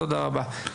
תודה רבה.